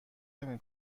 نمی